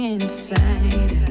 Inside